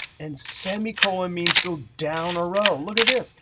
and semicolon means go down a row. look at this,